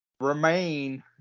remain